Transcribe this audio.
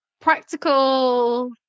practical